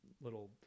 little